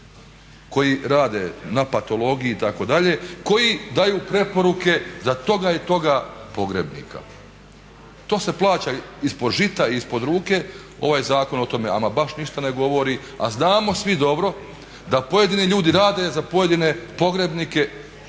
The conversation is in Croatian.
koji rade na patologiji itd., koji daju preporuke za toga i toga pogrebnika. To se plaća ispod žita, ispod ruke, ovaj zakon o tome ama baš ništa ne govori a znamo svi dobro da pojedini ljudi rade za pojedine pogrebnike